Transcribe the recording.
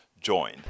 join